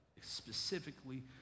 specifically